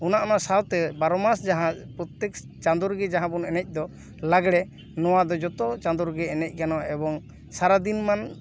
ᱚᱱᱟ ᱚᱱᱟ ᱥᱟᱶᱛᱮ ᱵᱟᱨᱚ ᱢᱟᱥ ᱡᱟᱦᱟᱸ ᱯᱨᱚᱛᱛᱮᱠ ᱪᱟᱸᱫᱳ ᱨᱮᱜᱮ ᱡᱟᱦᱟᱸ ᱵᱚᱱ ᱮᱱᱮᱡ ᱫᱚ ᱞᱟᱜᱽᱲᱮ ᱱᱚᱣᱟ ᱫᱚ ᱡᱚᱛᱚ ᱪᱟᱸᱫᱚ ᱨᱮᱜᱮ ᱮᱱᱮᱡ ᱜᱟᱱᱚᱜᱼᱟ ᱮᱵᱚᱝ ᱥᱟᱨᱟ ᱫᱤᱱ ᱢᱟᱱ